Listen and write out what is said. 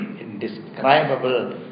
Indescribable